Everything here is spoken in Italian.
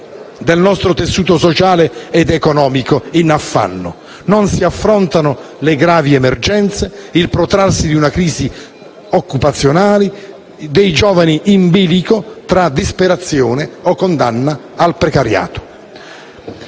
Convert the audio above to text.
del nostro tessuto sociale ed economico in affanno. Non si affrontano le gravi emergenze, il protrarsi di una grave crisi occupazionale, dei giovani in bilico tra disperazione o condanna al precariato.